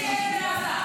די כבר,